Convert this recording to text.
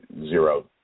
zero